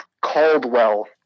Caldwell